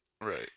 Right